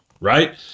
right